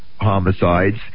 homicides